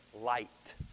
light